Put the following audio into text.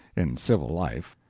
in civil life.